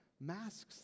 masks